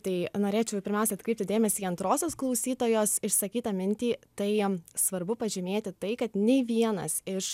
tai norėčiau pirmiausia atkreipti dėmesį į antrosios klausytojos išsakytą mintį tai am svarbu pažymėti tai kad nei vienas iš